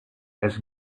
has